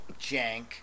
jank